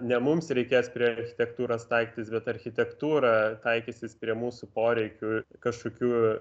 ne mums reikės prie architektūros taikytis bet architektūra taikysis prie mūsų poreikių kažkokių